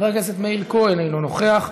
חבר הכנסת מאיר כהן, אינו נוכח.